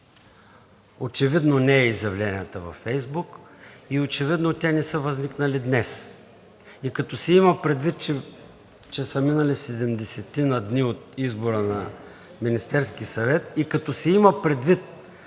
Очевидно не са изявленията във Фейсбук и очевидно те не са възникнали днес. И като се има предвид, че са минали 70 дни от избора на Министерския съвет, и като се има предвид,